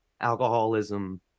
alcoholism